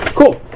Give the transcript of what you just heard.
Cool